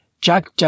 Jack